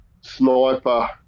sniper